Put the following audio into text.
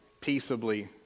peaceably